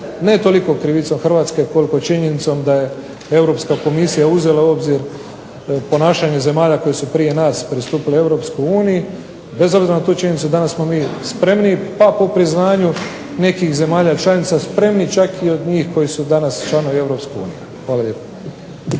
ne toliko krivicom Hrvatske koliko činjenicom da je Europska komisija uzela u obzir ponašanje zemalja koje su prije nas pristupile EU. Bez obzira na tu činjenicu danas smo mi spremni, pa po priznanju nekih zemalja članica spremniji čak i od njih koji su danas članovi EU. Hvala lijepo.